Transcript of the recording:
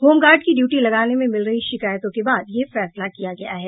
home guard की duty लगाने में मिल रही शिकायतों के बाद यह फैसला किया गया है